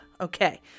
Okay